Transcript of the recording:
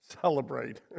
Celebrate